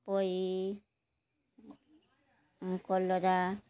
ପୋଇ କଲରା